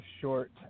short